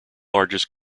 largest